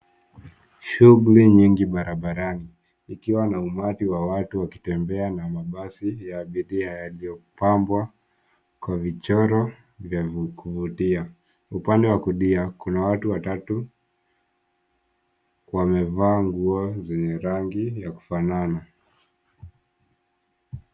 Shughuli nyingi barabarani ikiwa na umati wa watu wakitembea na mabasi ya abiria yaliyopambwa na michoro ya kuvutia. Upande wa kulia Kuna watu watatu wamevaa nguo zenye rangi ya kufanana.